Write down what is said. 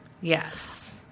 Yes